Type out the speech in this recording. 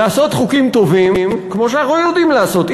לעשות חוקים טובים כמו שאנחנו יודעים לעשות.